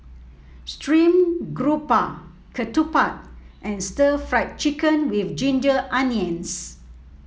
stream grouper Ketupat and Stir Fried Chicken with Ginger Onions